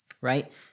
Right